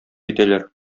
итәләр